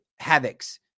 Havocs